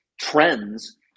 trends